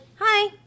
Hi